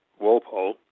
Walpole